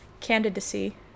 candidacy